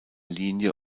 linie